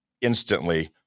instantly